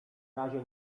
razie